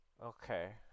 Okay